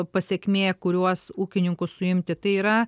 pasekmė kuriuos ūkininkus suimti tai yra